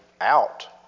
out